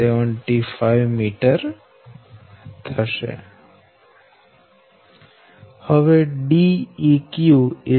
0075 m હવે Deq Dab